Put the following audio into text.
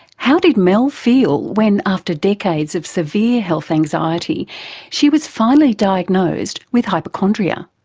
how did mel feel when after decades of severe health anxiety she was finally diagnosed with hypochondria?